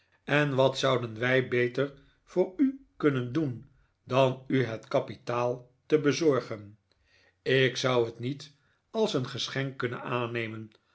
en wat zouden wij beter voor u kunnen doen dan u het kapitaal te bezorgen ik zou het niet als een geschenk kunnen aannemen